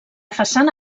façana